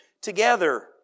together